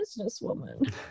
businesswoman